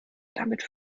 damit